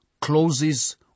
closes